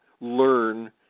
learn